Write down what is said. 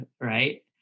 right